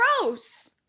gross